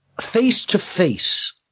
face-to-face